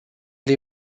lee